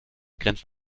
grenzt